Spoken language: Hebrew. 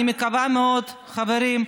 אני מקווה מאוד חברים,